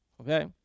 Okay